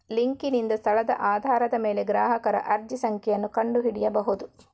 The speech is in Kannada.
ಲಿಂಕಿನಿಂದ ಸ್ಥಳದ ಆಧಾರದ ಮೇಲೆ ಗ್ರಾಹಕರ ಅರ್ಜಿ ಸಂಖ್ಯೆಯನ್ನು ಕಂಡು ಹಿಡಿಯಬಹುದು